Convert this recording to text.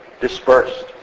dispersed